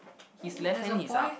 his left hand is up